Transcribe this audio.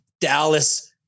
Dallas